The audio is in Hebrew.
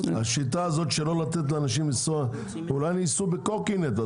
השיטה הזאת לא לתת לאנשים לנסוע אולי אם הם ייסעו בקורקינט,